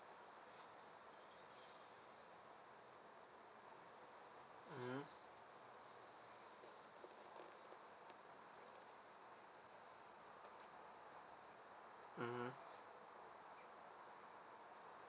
mmhmm mmhmm